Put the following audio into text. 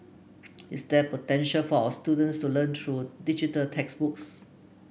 is there potential for our students to learn through digital textbooks